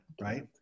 right